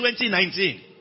2019